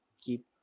keep